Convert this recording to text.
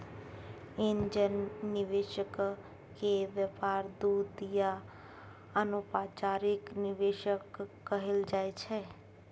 angel निवेशक केर व्यापार दूत या अनौपचारिक निवेशक कहल जाइ छै